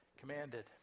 commanded